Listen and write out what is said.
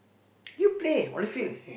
you play on the field